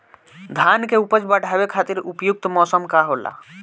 धान के उपज बढ़ावे खातिर उपयुक्त मौसम का होला?